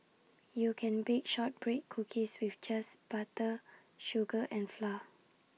you can bake Shortbread Cookies with just butter sugar and flour